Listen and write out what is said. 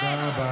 תודה רבה.